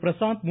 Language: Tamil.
பிரசாந்த் மு